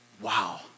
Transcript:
wow